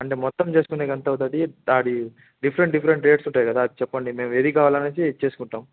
అంటే మొత్తం చేసుకునేకి ఎంతవుతుంది అది డిఫరెంట్ డిఫరెంట్ రేట్స్ ఉంటాయి కదా అది చెప్పండి మేము ఏది కావాలనేసి చేసుకుంటాం